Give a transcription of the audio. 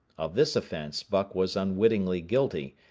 of this offence buck was unwittingly guilty,